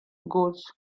goods